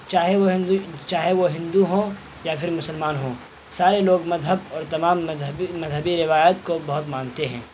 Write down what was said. چاہے وہ چاہے وہ ہندو ہوں یا پھر مسلمان ہوں سارے لوگ مذہب اور تمام مذہبی مذہبی روایات کو بہت مانتے ہیں